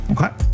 Okay